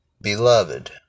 Beloved